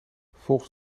volgens